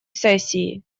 сессии